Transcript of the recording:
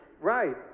right